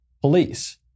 Police